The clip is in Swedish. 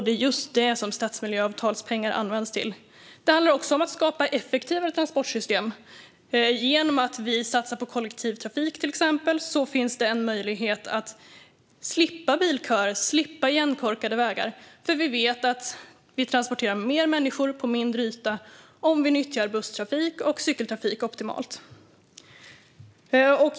Det är just det stadsmiljöavtalspengar används till. Det handlar också om att skapa effektivare transportsystem. Genom att vi satsar på till exempel kollektivtrafik finns det en möjlighet att slippa bilköer och slippa igenkorkade vägar. Vi vet nämligen att vi transporterar fler människor på mindre yta om vi nyttjar busstrafik och cykeltrafik optimalt.